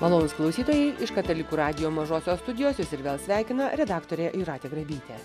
malonūs klausytojai iš katalikų radijo mažosios studijos jus ir vėl sveikina redaktorė jūratė grabytė